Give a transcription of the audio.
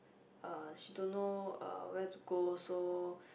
uh she don't know uh where to go so